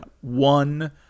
one